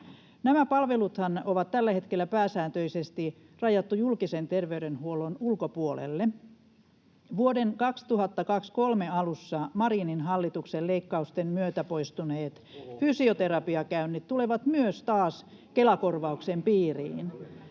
Nämä palveluthan on tällä hetkellä pääsääntöisesti rajattu julkisen terveydenhuollon ulkopuolelle. Vuoden 2023 alussa Marinin hallituksen leikkausten myötä poistuneet fysioterapiakäynnit [Perussuomalaisten